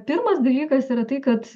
pirmas dalykas yra tai kad